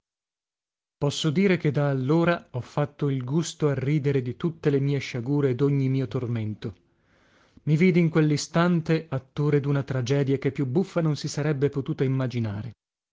posso dire che da allora ho fatto il gusto a ridere di tutte le mie sciagure e dogni mio tormento i vidi in quellistante attore duna tragedia che più buffa non si sarebbe potuta immaginare